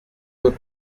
peut